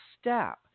step